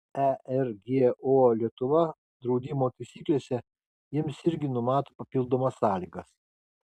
ergo lietuva draudimo taisyklėse jiems irgi numato papildomas sąlygas